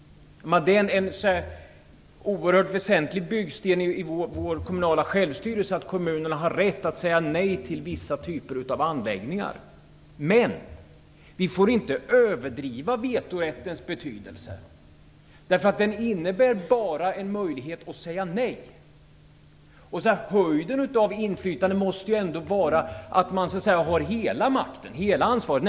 Det är en oerhört väsentlig byggsten i vår kommunala självstyrelse att kommunerna har rätt att säga nej till vissa typer av anläggningar. Vi får dock inte överdriva vetorättens betydelse. Den innebär bara en möjlighet att säga nej. Höjden av inflytande måste ändå vara att man har hela makten och ansvaret.